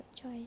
choice